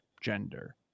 gender